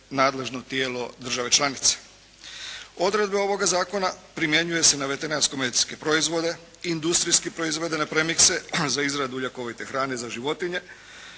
nadležno tijelo države članice. Odredbe ovoga zakona primjenjuju se na veterinarsko-medicinske proizvode, industrijske proizvode, na premikse za izradu ljekovite hrane za životinje